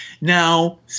Now